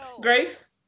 grace